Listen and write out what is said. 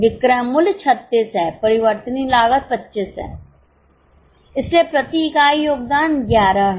विक्रय मूल्य 36 है परिवर्तनीय लागत 25 है इसलिए प्रति इकाई योगदान 11 है